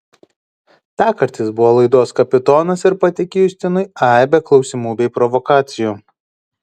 tąkart jis buvo laidos kapitonas ir pateikė justinui aibę klausimų bei provokacijų